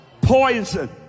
Poison